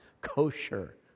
kosher